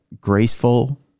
graceful